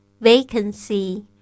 Vacancy